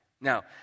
Now